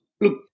look